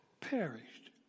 perished